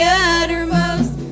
uttermost